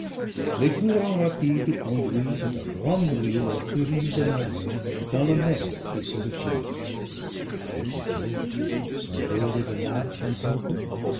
les courants rapides conduisent à grand bruit leur furieuse marée dans la mer qui se retire aussitôt s'envole de l'arche un